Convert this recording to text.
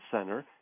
center